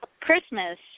Christmas